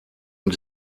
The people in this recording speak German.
und